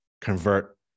convert